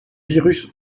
virus